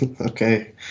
okay